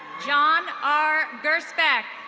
john r gerspec.